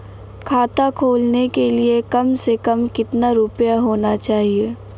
खाता खोलने के लिए कम से कम कितना रूपए होने चाहिए?